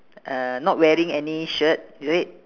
uh not wearing any shirt is it